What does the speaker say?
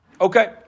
Okay